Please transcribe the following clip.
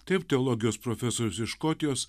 taip teologijos profesorius iš škotijos